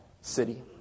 city